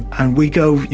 and we go,